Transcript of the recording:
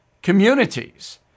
Communities